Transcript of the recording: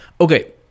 Okay